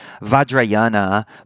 Vajrayana